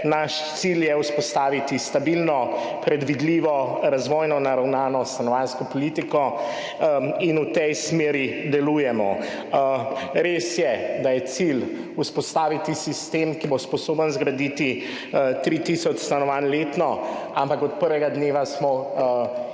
Naš cilj je vzpostaviti stabilno, predvidljivo, razvojno naravnano stanovanjsko politiko in v tej smeri delujemo. Res je, da je cilj vzpostaviti sistem, ki bo sposoben zgraditi tri tisoč stanovanj letno, ampak od prvega dneva smo